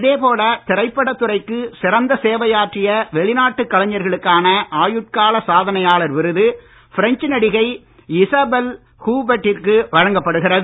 இதே போல திரைப்படத் துறைக்கு சிறந்த சேவையாற்றிய வெளிநாட்டு கலைஞர்களுக்கான ஆயுட்கால சாதனையாளர் விருது பிரெஞ்ச் நடிகை இசாபெல் ஹுபெர்ட்டிற்கு வழங்கப்படுகிறது